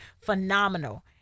phenomenal